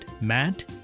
Matt